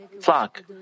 flock